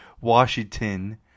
Washington